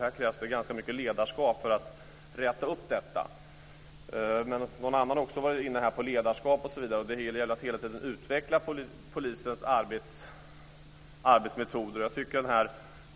Här krävs mycket ledarskap för att räta upp reformen. Någon annan har också varit inne på frågan om ledarskap. Det gäller hela tiden att utveckla polisens arbetsmetoder.